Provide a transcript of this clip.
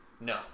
No